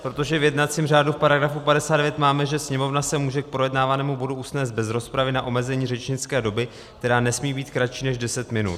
Protože v jednacím řádu v § 59 máme, že Sněmovna se může k projednávanému bodu usnést bez rozpravy na omezení řečnické doby, která nesmí být kratší než deset minut.